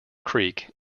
creek